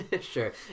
Sure